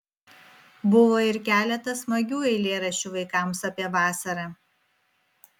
buvo ir keletas smagių eilėraščių vaikams apie vasarą